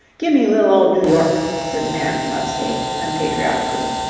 give me li'l old new york, said the man from up-state, unpatriotically.